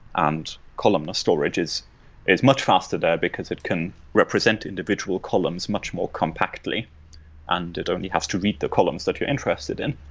and columnar storage is is much faster there because it can represent individual columns much more compactly and it only has to read the columns that you're interested in.